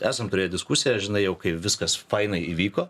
esam turėję diskusiją žinai jau kai viskas fainai įvyko